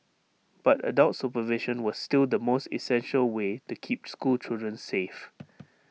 but adult supervision was still the most essential way to keep school children safe